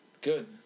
Good